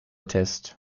test